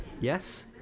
Yes